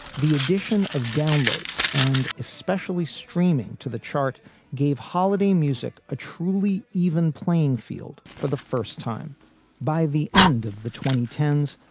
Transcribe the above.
the addition of downloads and especially streaming to the chart gave holiday music a truly even playing field for the first time by the end of the twenty ten s,